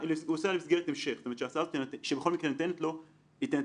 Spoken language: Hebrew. נוספת כאן הסעה שלישית וההסעה השלישית הזו תוקצבה